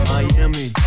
Miami